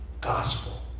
Gospel